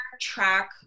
track